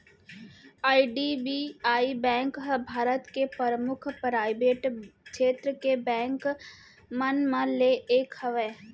IDBI bank ह भारत के परमुख पराइवेट छेत्र के बेंक मन म ले एक हवय